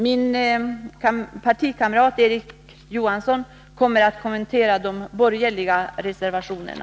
Min partikamrat Erik Johansson kommer att kommentera de borgerliga reservationerna.